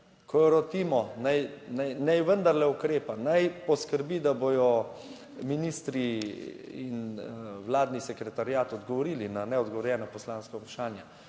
ko jo rotimo naj naj, naj vendarle ukrepa, naj poskrbi, da bodo ministri in vladni sekretariat odgovorili na neodgovorjena poslanska vprašanja,